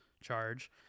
charge